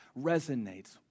resonates